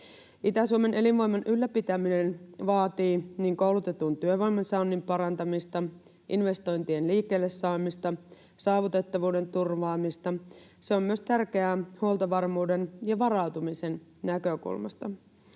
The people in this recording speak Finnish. Itä-Suomen elinvoiman ylläpitäminen vaatii koulutetun työvoiman saannin parantamista, investointien liikkeelle saamista, saavutettavuuden turvaamista. Se on tärkeää myös huoltovarmuuden ja varautumisen näkökulmasta.